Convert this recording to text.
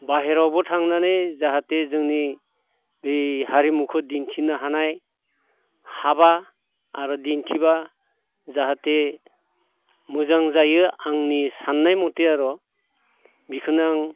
बाहेरावबो थांनानै जाहाथे जोंनि बै हारिमुखौ दिन्थिनो हानाय हाब्ला आरो दिन्थिब्ला जाहाथे मोजां जायो आंनि साननाय मथे आर' बिखोनो आं